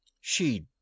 She